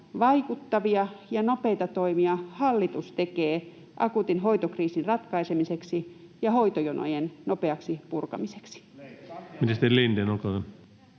vaikuttavia ja nopeita toimia hallitus tekee akuutin hoitokriisin ratkaisemiseksi ja hoitojonojen nopeaksi purkamiseksi?